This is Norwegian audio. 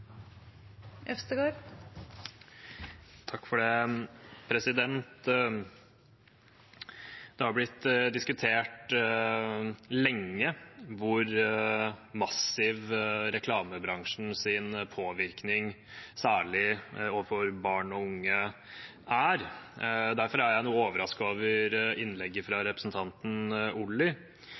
Det har lenge blitt diskutert hvor massiv reklamebransjens påvirkning særlig er overfor barn og unge. Derfor er jeg noe overrasket over innlegget fra representanten Olli,